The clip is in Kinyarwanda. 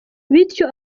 bityo